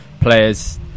players